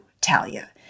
Talia